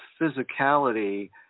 Physicality